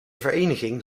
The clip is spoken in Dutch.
vereniging